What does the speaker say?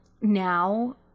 now